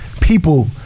people